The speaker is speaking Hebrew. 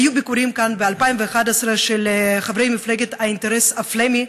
היו ביקורים כאן ב-2011 של חברי מפלגת האינטרס הפלמי,